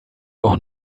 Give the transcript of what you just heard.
noch